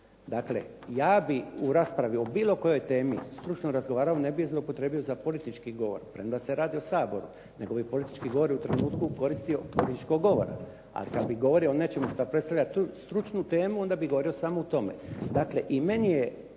Dakle, ja bih u raspravi o bilo kojoj temi stručno razgovarao i ne bi zloupotrijebio za politički govor, premda se radi o Saboru nego bi politički govor u trenutku koristio kod političkog govora, ali kad bi govorio o nečemu što predstavlja stručnu temu onda bih govorio samo o tome.